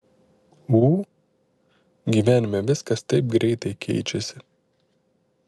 ū gyvenime viskas taip greitai keičiasi